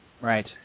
Right